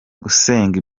usenge